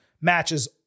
matches